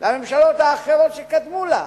לממשלות האחרות שקדמו לה,